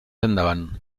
endavant